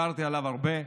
דיברתי עליו הרבה.